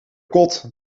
kot